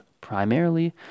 primarily